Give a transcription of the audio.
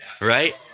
Right